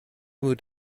moved